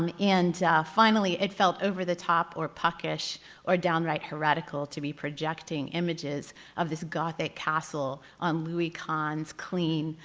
um and finally it felt over the top or puckish or downright heretical to be projecting images of this gothic castle on louis kahn's clean,